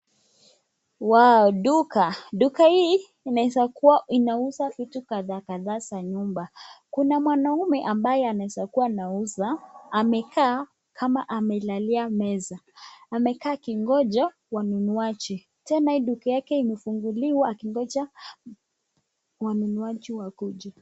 Waa! duka, duka hii inaweza kuwa inauza kadhaa kadhaa za nyumba, kuna mwanaume ambaye anaeza kuwa anauza amekaa kama amelalia meza, amekaa akingoja wanunuaji, tena hii duka yake imefunguliwa akingoja wanunuaji wakuje.